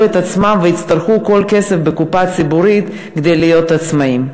את עצמם ויצטרכו כל כסף בקופה הציבורית כדי להיות עצמאים.